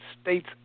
states